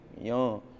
young